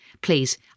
Please